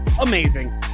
amazing